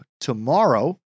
tomorrow